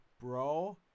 bro